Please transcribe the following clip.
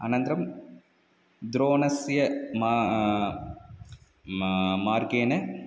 अनन्तरं द्रोणस्य मा मा मार्गेण